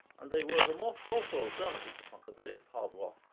and they were the more soulful alternative to funkadelic's hard rock.